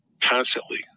constantly